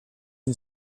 est